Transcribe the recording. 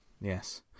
Yes